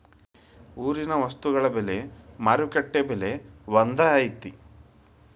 ಊರಿನ ವಸ್ತುಗಳ ಬೆಲೆ ಮಾರುಕಟ್ಟೆ ಬೆಲೆ ಒಂದ್ ಐತಿ?